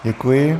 Děkuji.